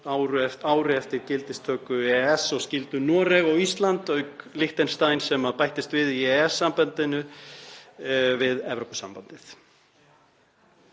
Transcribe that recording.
ári eftir gildistöku EES og skildu Noreg og Ísland, auk Liechtenstein sem bættist við, í EES-sambandinu við Evrópusambandið.